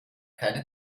keine